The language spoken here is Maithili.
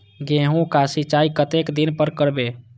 गेहूं का सीचाई कतेक दिन पर करबे?